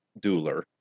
dueler